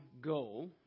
goal